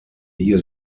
hier